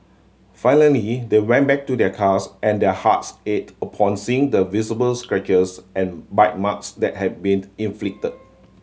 finally they went back to their cars and their hearts ached upon seeing the visible scratches and bite marks that had been inflicted